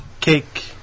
cake